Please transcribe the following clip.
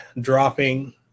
dropping